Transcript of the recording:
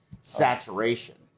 saturation